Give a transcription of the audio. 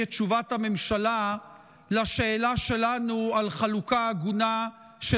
את תשובת הממשלה על השאלה שלנו על חלוקה הגונה של